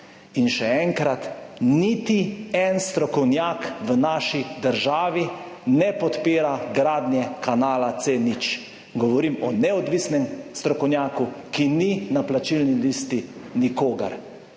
In še enkrat, niti en strokovnjak v naši državi ne podpira gradnje kanala C0, govorim o neodvisnem strokovnjaku, ki ni na plačilni listi nikogar.